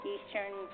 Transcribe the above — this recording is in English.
Eastern